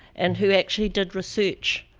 and who actually did research.